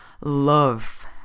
love